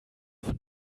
von